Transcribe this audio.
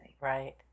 Right